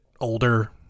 older